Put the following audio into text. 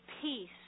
peace